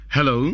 Hello